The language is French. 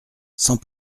sans